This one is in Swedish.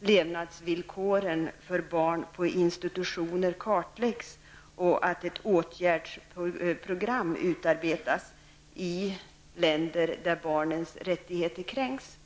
levnadsvillkoren för barn på institutioner kartläggs och för att åtgärdsprogram utarbetas i länder där barnens rättigheter kränks.